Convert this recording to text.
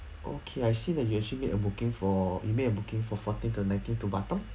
okay I see that you actually made a booking for you made a booking for fourteen to nineteen to batam